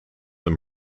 and